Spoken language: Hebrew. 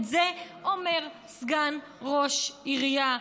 את זה אומר סגן ראש עירייה.